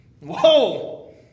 Whoa